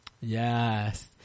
Yes